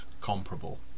comparable